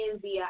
via